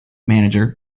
manager